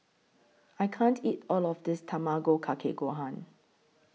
I can't eat All of This Tamago Kake Gohan